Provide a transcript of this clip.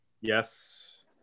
Yes